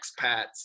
expats